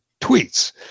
tweets